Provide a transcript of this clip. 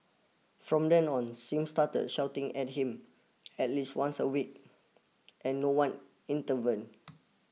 from then on Sim started shouting at him at least once a week and no one